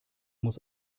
muss